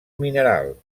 mineral